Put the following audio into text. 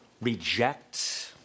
reject